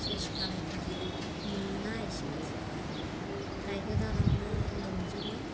सेस खालामखायो मोना एसेबो थाया गायगोदानावनो लोमजोबो